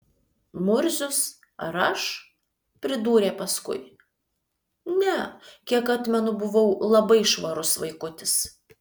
murzius ar aš pridūrė paskui ne kiek atmenu buvau labai švarus vaikutis